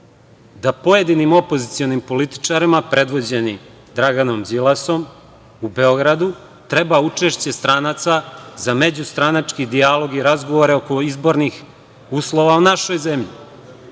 da pojedinim opozicionim političarima, predvođeni Draganom Đilasom u Beogradu treba učešće stranaca za međustranački dijalog i razgovore oko izbornih uslova u našoj zemlji.